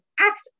act